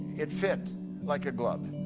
it fit like a glove.